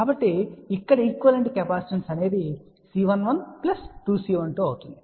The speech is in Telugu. కాబట్టి ఇక్కడ ఈక్వలెంట్ కెపాసిటెన్స్ అనేది C11 ప్లస్ 2 C12 అవుతుంది